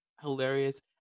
hilarious